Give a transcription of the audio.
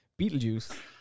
Beetlejuice